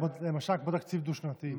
כמו תקציב דו-שנתי.